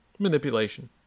Manipulation